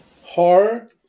horror